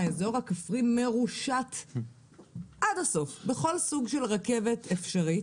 האזור הכפרי מרושת עד הסוף בכל סוג של רכבת אפשרית.